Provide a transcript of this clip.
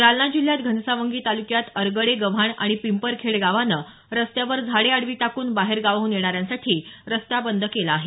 जालना जिल्ह्यात घनसावंगी तालुक्यात अरगडे गव्हाण आणि पिंपरखेड गावानं रस्यावर झाडे आडवी टाकून बाहेर गावाहून येणाऱ्यांसाठी रस्ता बंद केला आहे